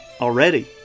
Already